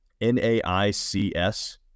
N-A-I-C-S